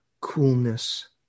coolness